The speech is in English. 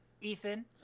Ethan